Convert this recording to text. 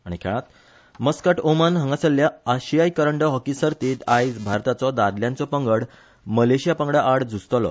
आनी खेळांत Muscat Oman हांगासरल्या आशिया करंडक हॉकी सर्तीत आयज भारताचो दादल्यांचो पंगड मलेशिया पंगडा आड झुजतलो